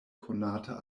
konata